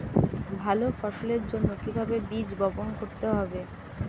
ভালো ফসলের জন্য কিভাবে বীজ বপন করতে হবে?